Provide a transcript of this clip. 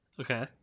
okay